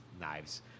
knives